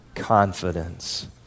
Confidence